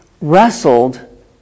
wrestled